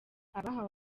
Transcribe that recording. abahawe